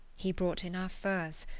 he brought in our furs,